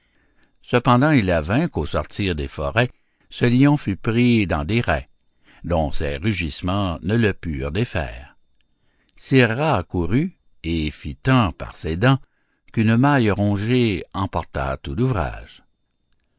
cependant il advint qu'au sortir des forêts ce lion fut pris dans des rets dont ses rugissements ne le purent défaire sire rat accourut et fit tant par ses dents qu'une maille rongée emporta tout l'ouvrage